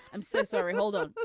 i'm so sorry hold on.